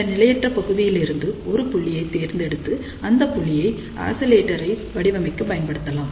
இந்த நிலையற்ற பகுதியிலிருந்து ஒரு புள்ளியை தேர்ந்தெடுத்து அந்த புள்ளியை ஆக்சிலேட்டரை வடிவமைக்க பயன்படுத்தலாம்